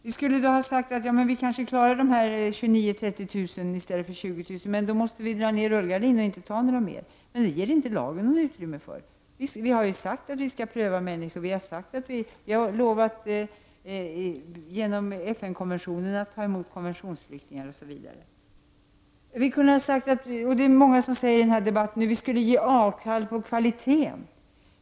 Vi skulle då ha sagt att vi kanske klarar 29 000 å 30 000 i stället för 20 000, men då måste vi dra ner rullgardinen och inte ta emot fler. Det ger dock inte lagen utrymme för. Vi har sagt att vi skall pröva människors skäl för att få stanna, vi har lovat genom FN-konventionen att ta emot konventionsflyktingar, Osv. Många säger i den här debatten att vi borde ge upp kvaliteten.